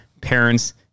parents